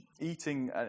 eating